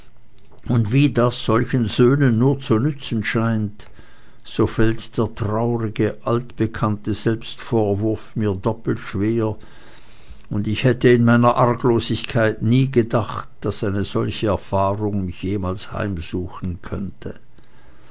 und wie das solchen söhnen nur zu nützen scheint so fällt der traurige altbekannte selbstvorwurf mir doppelt schwer und ich hätte in meiner arglosigkeit nie gedacht daß eine solche erfahrung mich jemals heimsuchen könnte